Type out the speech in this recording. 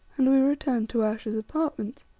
and we returned to ayesha's apartments.